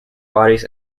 bodies